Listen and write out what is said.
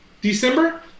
December